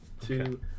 two